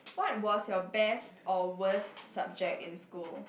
what was your best or worst subject in school